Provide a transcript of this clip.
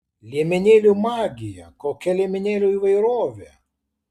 liemenėlių magija kokia liemenėlių įvairovė